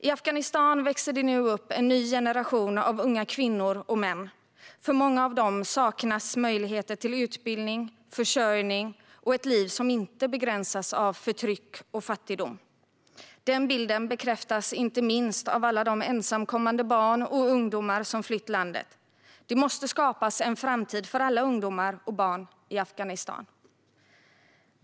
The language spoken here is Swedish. I Afghanistan växer det nu upp en ny generation av unga kvinnor och män. För många av dem saknas möjligheter till utbildning, försörjning och ett liv som inte begränsas av förtryck och fattigdom. Den bilden bekräftas inte minst av alla de ensamkommande barn och ungdomar som flytt landet. Det måste skapas en framtid för alla ungdomar och barn i Afghanistan.